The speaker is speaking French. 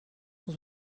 cent